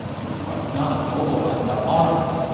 we must not mobilize our army.